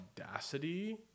audacity